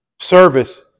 service